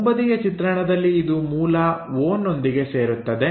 ಮುಂಬದಿಯ ಚಿತ್ರಣದಲ್ಲಿ ಇದು ಮೂಲ O ನೊಂದಿಗೆ ಸೇರುತ್ತದೆ